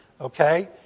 Okay